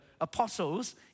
apostles